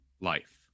life